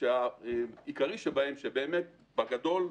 ובגדול,